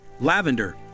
lavender